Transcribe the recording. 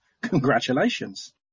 congratulations